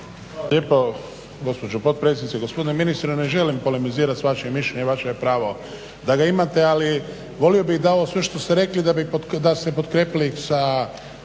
lijepo gospođo potpredsjednice, gospodine ministre ne želim polemizirat s vašim mišljenjem. Vaše je pravo da ga imate. Ali volio bih da sve ovo što ste rekli da ste pokrijepili sa